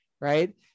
right